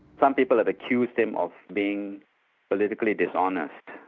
some people have accused him of being politically dishonest,